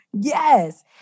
Yes